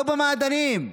לא במעדנים.